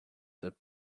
that